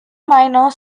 minor